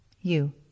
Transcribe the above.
You